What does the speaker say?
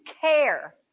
care